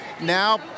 now